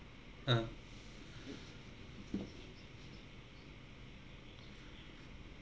uh